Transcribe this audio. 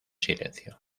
silencio